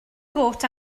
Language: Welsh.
got